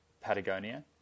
patagonia